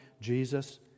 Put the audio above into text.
Jesus